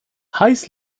heiß